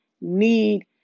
need